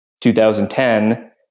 2010